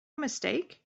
mistake